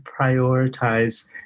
prioritize